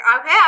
okay